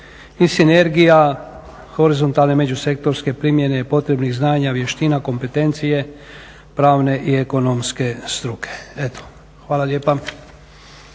i sinergija horizontalne međusektorske primjene potrebnih znanja, vještina, kompetencije pravne i ekonomske struke. Eto, hvala lijepa.